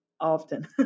often